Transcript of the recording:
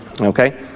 okay